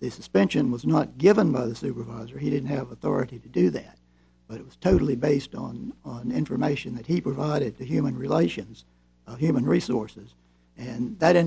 this expansion was not given by the supervisor he didn't have authority to do that but it was totally based on on information that he provided to human relations and human resources and that